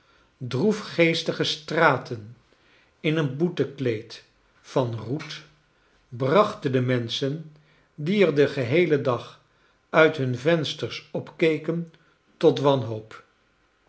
droefgeestige straten in een boetekleed van roet brachten de menschen die er den geheelen dag uit bun vensters op keken tot wanboop